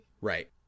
Right